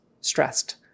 stressed